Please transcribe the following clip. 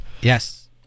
yes